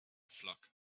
flock